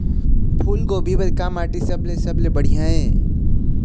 फूलगोभी बर का माटी सबले सबले बढ़िया ये?